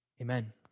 Amen